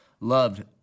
loved